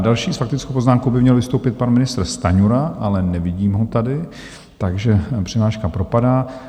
Další s faktickou poznámkou by měl vystoupit pan ministr Stanjura, ale nevidím ho tady, přihláška propadá.